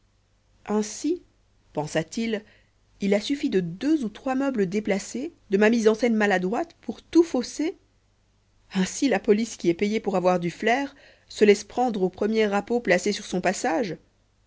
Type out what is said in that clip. ainsi pensa-t-il il a suffi de deux ou trois meubles déplacés de ma mise en scène maladroite pour tout fausser ainsi la police qui est payée pour avoir du flair se laisse prendre au premier appeau placé sur son passage